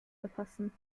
verfassen